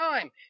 time